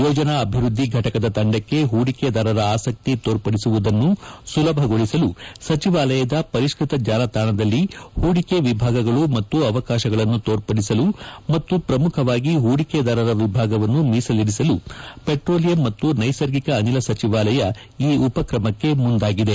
ಯೋಜನಾ ಅಭಿವ್ವದ್ದಿ ಘಟಕದ ತಂಡಕ್ಕೆ ಹೂಡಿಕೆದಾರರ ಆಸಕ್ತಿ ತೋರ್ಪಡಿಸುವುದನ್ನು ಸುಲಭಗೊಳಿಸಲು ಸಚಿವಾಲಯದ ಪರಿಷ್ಕ ತ ಜಾಲತಾಣದಲ್ಲಿ ಹೂಡಿಕೆ ವಿಭಾಗಗಳು ಮತ್ತು ಅವಕಾಶಗಳನ್ನು ತೋರ್ಪಡಿಸಲು ಮತ್ತು ಪ್ರಮುಖವಾಗಿ ಹೂಡಿಕೆದಾರರ ವಿಭಾಗವನ್ನು ಮೀಸಲಿರಿಸಲು ಪೆಟ್ರೋಲಿಯಂ ಮತ್ತು ನ್ವೆಸರ್ಗಿಕ ಅನಿಲ ಸಚಿವಾಲಯ ಈ ಉಪಕ್ರಮಕ್ಕೆ ಮುಂದಾಗಿದೆ